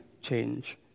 change